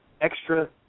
extra